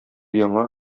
яңа